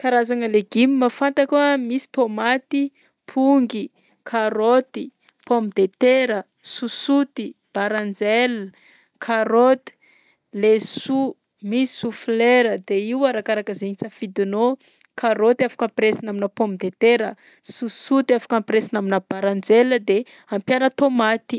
Karazagna legioma fantako a: misy tômaty, pongy, karaoty, pomme de terra, sosoty, baranjel, karaoty, laisoa, misy choux fleur. De io arakaraka zay tsafidinao, karaoty afaka ampiraisina aminà pomme de terra, sosoty afaka ampiraisina aminà baranjel de ampiàna tômaty.